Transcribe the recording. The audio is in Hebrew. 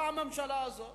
באה הממשלה הזאת